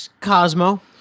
Cosmo